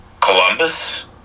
Columbus